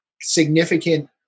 significant